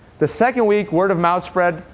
the second week, word of mouth spread,